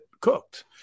cooked